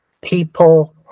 people